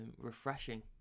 refreshing